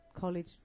college